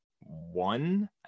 one